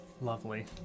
Lovely